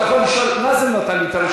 אתה יכול לשאול את, נאזם נתן לי את הרשימה.